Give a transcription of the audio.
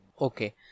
okay